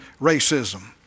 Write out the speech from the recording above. racism